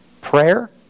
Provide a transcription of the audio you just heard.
prayer